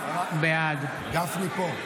בעד גפני פה,